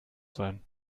sein